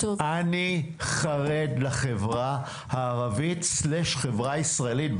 אני חרד לחברה הערבית סלש חברה ישראלית.